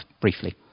briefly